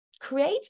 create